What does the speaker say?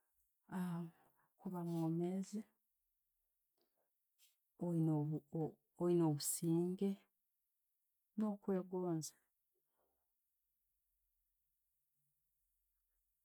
Kuba mwomeezi, oyine, oyina obusinge no'kwegonza.